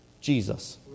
Jesus